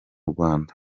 rwanda